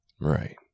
Right